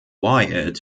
wyatt